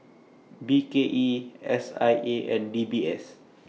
B K E S I A and D B S